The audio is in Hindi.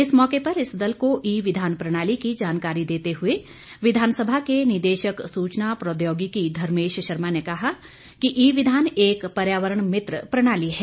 इस मौके पर इस दल को ई विधान प्रणाली की जानकारी देते हुए विधानसभा के निदेशक सूचना प्रौद्योगिकी धर्मेश शर्मा ने कहा कि ई विधान एक पर्यावरण मित्र प्रणाली है